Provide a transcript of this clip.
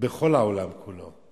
בכל העולם כולו.